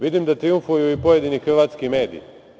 Vidim da trijumfuju i pojedini hrvatski mediji.